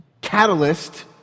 Catalyst